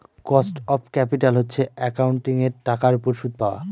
cost of capital হচ্ছে একাউন্টিঙের টাকার উপর সুদ পাওয়া